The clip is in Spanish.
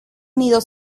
unido